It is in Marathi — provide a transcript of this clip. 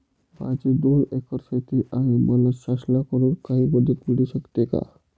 माझी दोन एकर शेती आहे, मला शासनाकडून काही मदत मिळू शकते का?